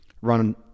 run